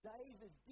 David